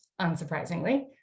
unsurprisingly